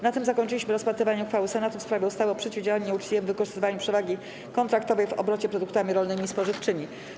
Na tym zakończyliśmy rozpatrywanie uchwały Senatu w sprawie ustawy o przeciwdziałaniu nieuczciwemu wykorzystywaniu przewagi kontraktowej w obrocie produktami rolnymi i spożywczymi.